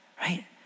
right